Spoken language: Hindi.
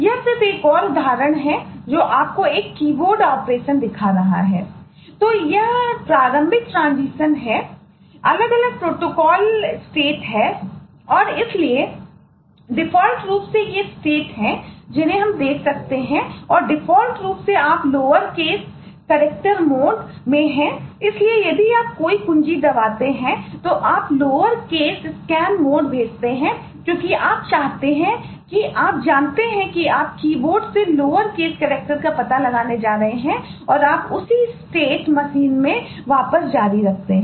यह सिर्फ एक और उदाहरण है जो आपको एक कीबोर्ड ऑपरेशन दिखा मशीन में वापस जारी रखते हैं